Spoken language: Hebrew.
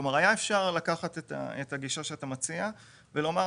היה אפשר לקחת את הגישה שאתה מציע ולקבוע